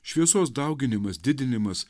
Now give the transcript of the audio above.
šviesos dauginimas didinimas